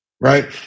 right